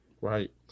Right